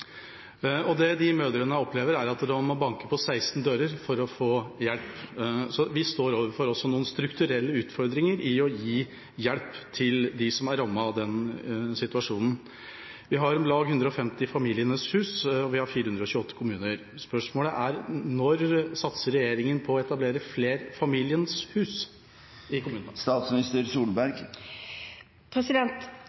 Det de mødrene opplever, er at de må banke på 16 dører for å få hjelp, så vi står også overfor noen strukturelle utfordringer med å gi hjelp til dem som er rammet i den situasjonen. Vi har om lag 150 Familiens hus, og vi har 428 kommuner. Spørsmålet er: Når satser regjeringen på å etablere flere Familiens hus i kommunene?